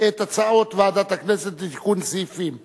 את הצעות ועדת הכנסת לתיקון סעיפים 20,